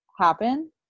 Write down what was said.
happen